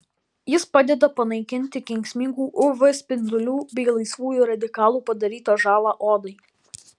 jis padeda panaikinti kenksmingų uv spindulių bei laisvųjų radikalų padarytą žalą odai